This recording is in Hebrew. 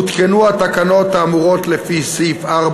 הותקנו התקנות האמורות לפי סעיף 4,